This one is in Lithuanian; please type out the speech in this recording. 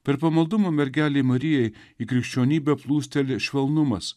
per pamaldumą mergelei marijai į krikščionybę plūsteli švelnumas